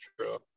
true